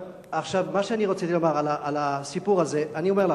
מה שאני רציתי לומר על הסיפור הזה, אני אומר לכם: